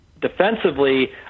defensively